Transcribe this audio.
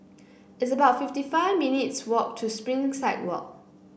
it's about fifty five minutes' walk to Springside Walk